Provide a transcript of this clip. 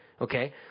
Okay